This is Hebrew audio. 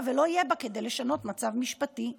ולא יהיה בה כדי לשנות את המצב המשפטי,